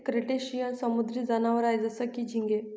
crustacean समुद्री जनावर आहे जसं की, झिंगे